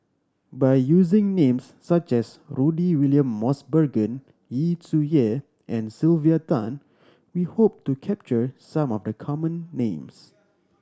by using names such as Rudy William Mosbergen Yu Zhuye and Sylvia Tan we hope to capture some of the common names